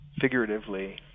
figuratively